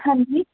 ਹਾਂਜੀ